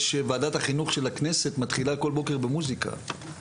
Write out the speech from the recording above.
ועדת החינוך של הכנסת מתחילה כל בוקר במוסיקה,